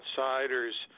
outsiders